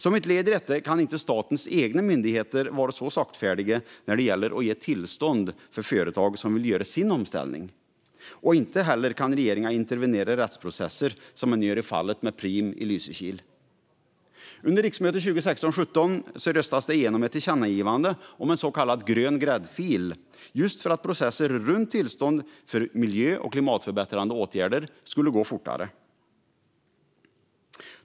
Som ett led i detta kan inte statens egna myndigheter vara saktfärdiga när det gäller att ge företag som vill göra sin omställning tillstånd. Regeringen kan inte heller intervenera i rättsprocesser, som man gör i fallet med Preem i Lysekil. Under riksmötet 2016/17 röstades ett tillkännagivande om en så kallad grön gräddfil igenom, just för att processer för tillstånd för miljö och klimatförbättrande åtgärder skulle gå fortare.